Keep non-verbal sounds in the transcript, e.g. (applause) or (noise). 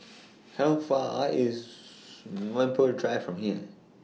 How Far (unintelligible) IS (noise) Whampoa Drive from here